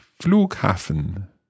Flughafen